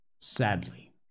sadly